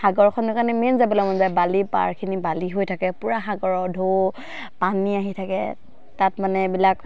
সাগৰখনৰ কাৰণে মেইন যাবলৈ মন যায় বালি পাৰখিনি বালি হৈ থাকে পূৰা সাগৰৰ ঢৌ পানী আহি থাকে তাত মানে এইবিলাক